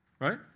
Right